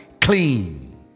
clean